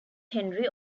henri